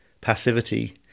passivity